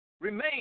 remain